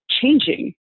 changing